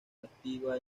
activa